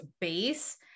base